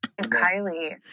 Kylie